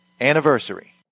Anniversary